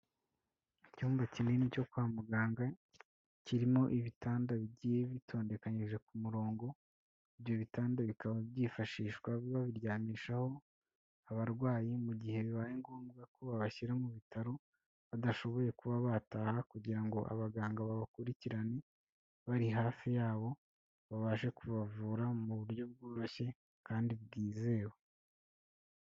Icyumba kinini cyo kwa muganga kirimo ibitanda bigiye bitondekanyije ku murongo, ibyo bitanda bikaba byifashishwa babiryamishaho abarwayi mu gihe bibaye ngombwa ko babashyira mu bitaro badashoboye kuba bataha kugira ngo abaganga babakurikirane bari hafi yabo, babashe kubavura mu buryo bworoshye kandi bwizewe.